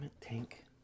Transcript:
tank